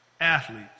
athletes